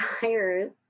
tires